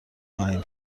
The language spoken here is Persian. خواهیم